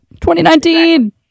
2019